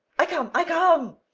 i come, i come!